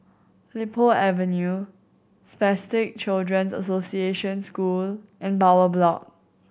Li Po Avenue Spastic Children's Association School and Bowyer Block